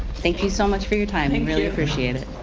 thank you so much for your time. i really appreciate it.